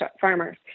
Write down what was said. farmers